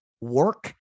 work